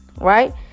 Right